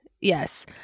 Yes